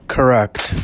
Correct